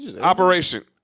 operation